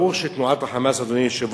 ברור שתנועת ה"חמאס", אדוני היושב-ראש,